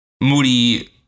Moody